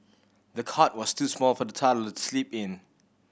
the cot was too small for the toddler to sleep in